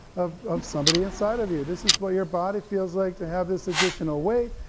of of somebody inside of you. this is what your body feels like to have this additional weight,